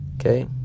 Okay